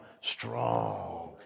strong